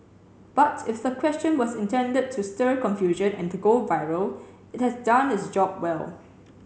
but if the question was intended to stir confusion and to go viral it has done its job well